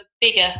bigger